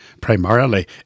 Primarily